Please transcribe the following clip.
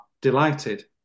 delighted